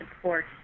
support